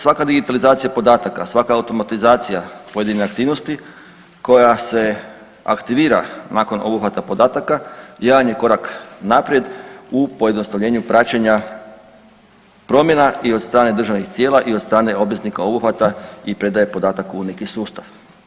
Svaka digitalizacija podataka, svaka automatizacija pojedine aktivnosti koja se aktivira nakon obuhvata podataka jedan je korak naprijed u pojednostavljenju praćenja promjena i od strane državnih tijela i od strane obveznika obuhvata i predaje podataka u neki sustav.